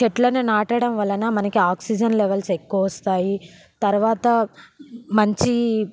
చెట్లని నాటడం వలన మనకి ఆక్సిజన్ లెవల్స్ ఎక్కువొస్తాయి తర్వాత మంచి